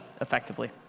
effectively